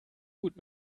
gut